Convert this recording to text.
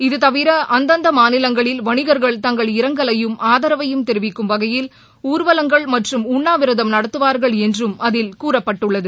இது தவிர அந்தந்த மாநிலங்களில் வணிகர்கள் தங்கள் இரங்கலையும் ஆதரவையும் தெரிவிக்கும் வகையில் ஊர்வலங்கள் மற்றும் உண்ணாவிரதம் நடத்துவார்கள் என்றும் அதில் கூறப்பட்டுள்ளது